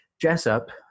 Jessup